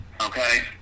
okay